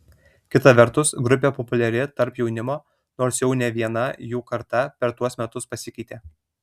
kita vertus grupė populiari tarp jaunimo nors jau ne viena jų karta per tuos metus pasikeitė